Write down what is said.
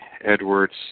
Edwards